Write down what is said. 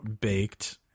baked